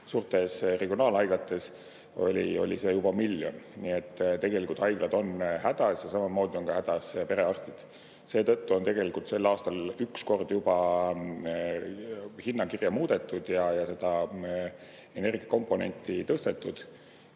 suurtes regionaalhaiglates, oli see juba miljon. Nii et tegelikult haiglad on hädas ja samamoodi on hädas perearstid. Seetõttu on sel aastal üks kord juba hinnakirja muudetud ja energiakomponenti tõstetud,